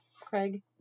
Craig